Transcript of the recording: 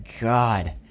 god